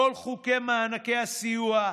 לכל חוקי מענקי הסיוע,